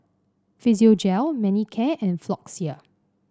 Physiogel Manicare and Floxia